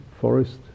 forest